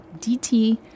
DT